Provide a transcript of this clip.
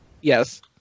Yes